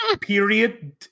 period